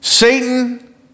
Satan